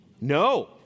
No